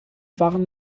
waren